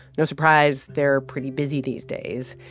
no surprise they're pretty busy these days.